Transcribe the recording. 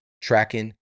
tracking